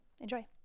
Enjoy